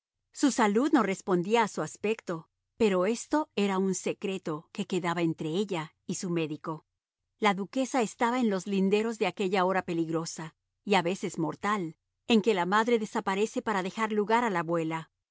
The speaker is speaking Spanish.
su salud no respondía a su aspecto pero esto era un secreto que quedaba entre ella y su médico la duquesa estaba en los linderos de aquella hora peligrosa y a veces mortal en que la madre desaparece para dejar lugar a la abuela